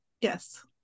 yes